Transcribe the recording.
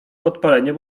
podpalenie